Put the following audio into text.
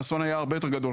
האסון היה הרבה יותר גדול,